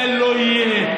זה לא יהיה.